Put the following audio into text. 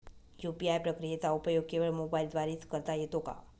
UPI प्रक्रियेचा उपयोग केवळ मोबाईलद्वारे च करता येतो का?